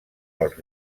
als